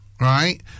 right